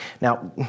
Now